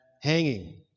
hanging